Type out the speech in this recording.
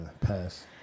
pass